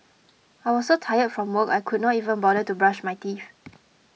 I was so tired from work I could not even bother to brush my teeth